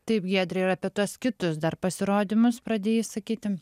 taip giedre ir apie tuos kitus dar pasirodymus pradėjai sakyti